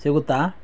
ಸಿಗುತ್ತಾ